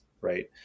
right